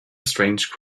strange